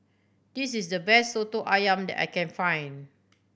this is the best Soto Ayam that I can find